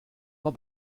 war